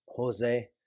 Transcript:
Jose